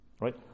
Right